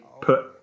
put